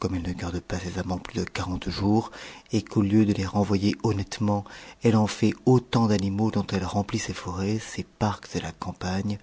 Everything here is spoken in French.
comme elle ne garde pas ses amants plus de quarante jours et qu'au lieu de les renvoyer honnêtement elle en fait autant d'animaux dont elle remplit ses forêts ses parcs et la campagne